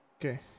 Okay